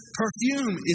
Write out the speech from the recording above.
perfume